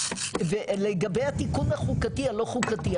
ולגבי התיקון החוקתי הלא חוקתי,